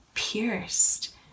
Pierced